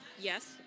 Yes